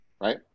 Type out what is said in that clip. Right